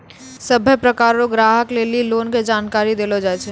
सभ्भे प्रकार रो ग्राहक लेली लोन के जानकारी देलो जाय छै